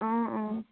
অঁ অঁ